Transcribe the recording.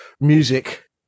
music